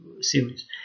series